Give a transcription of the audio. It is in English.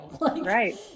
Right